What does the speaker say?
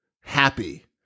happy